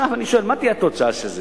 מה תהיה התוצאה של זה?